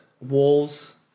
wolves